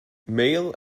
male